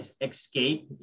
escape